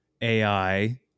AI